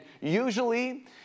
usually